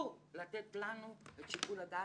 אני רוצה לומר רק שלושה-ארבעה דברים.